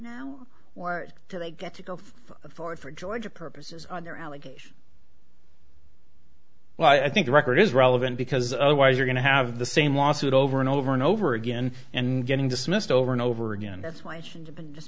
now or do they get to go forward for georgia purposes on their allegation well i think the record is relevant because otherwise you're going to have the same lawsuit over and over and over again and getting dismissed over and over again that's why should've been